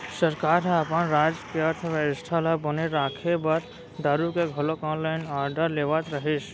सरकार ह अपन राज के अर्थबेवस्था ल बने राखे बर दारु के घलोक ऑनलाइन आरडर लेवत रहिस